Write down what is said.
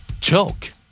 Choke